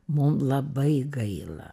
mum labai gaila